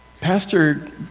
Pastor